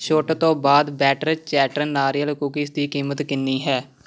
ਛੁੱਟ ਤੋਂ ਬਾਅਦ ਬੈਟਰ ਚੈਟਰ ਨਾਰੀਅਲ ਕੂਕੀਜ਼ ਦੀ ਕੀਮਤ ਕਿੰਨੀ ਹੈ